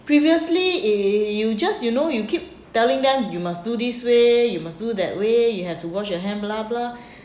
previously uh you just you know you keep telling them you must do this way you must do that way you have to wash your hand blah blah